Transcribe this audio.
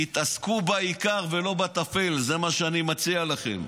תתעסקו בעיקר ולא בטפל, זה מה שאני מציע לכם.